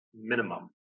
minimum